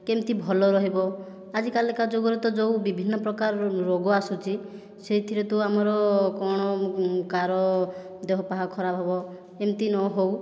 କେମିତି ଭଲ ରହିବ ଆଜି କାଲିକା ଯୁଗରେ ତ ଯେଉଁ ବିଭିନ୍ନ ପ୍ରକାର ରୋଗ ଆସୁଛି ସେଥିରେ ତ ଆମର କ'ଣ କାହାର ଦେହ ପାହା ଖରାପ ହେବ ଏମିତି ନହେଉ